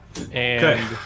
Okay